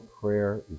prayer